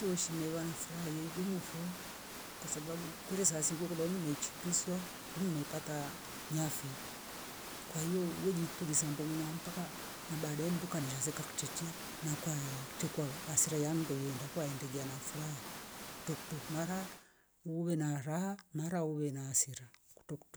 Toshi mevana furaha ye ndungu fo kwasabau kure sasi kukulo mechi kiswa mmepata nyafi kwahi wejituliza mbongwa mpaka na baadae mndu kanesha seka ktitia nakwe kitwe kwa vasera yandu yenda kwa endelia na furaha kutoktok mara uwe na raha mara uwe na hasira kutoktok